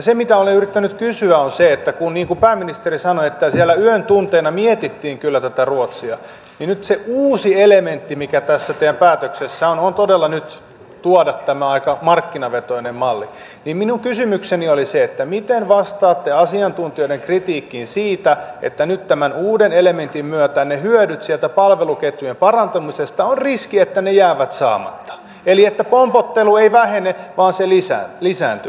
se mitä olen yrittänyt kysyä on se niin kuin pääministeri sanoi että siellä yön tunteina mietittiin kyllä tätä ruotsia ja nyt se uusi elementti mikä tässä teidän päätöksessänne on on todella nyt tuoda tämä aika markkinavetoinen malli ei minun kysymykseni olisi että miten vastaatte asiantuntijoiden kritiikkiin siitä että nyt tämän uuden elementin myötä on riski että ne hyödyt sieltä palveluketjujen parantumisesta jäävät saamatta eli että pompottelu ei vähene vaan se lisääntyy